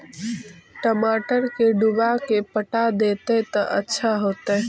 टमाटर के डुबा के पटा देबै त अच्छा होतई?